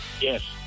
Yes